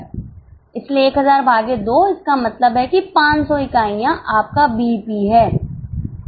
इसलिए 1000 भागे 2 इसका मतलब है कि 500 इकाइयाँ आपका बीईपी है